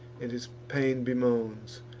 and his pain bemoans.